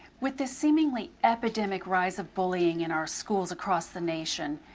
with this seemingly epidemic rise of bullying in our schools across the nation,